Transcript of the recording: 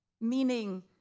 meaning